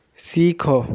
ଶିଖ